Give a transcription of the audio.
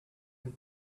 and